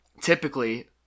typically